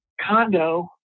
condo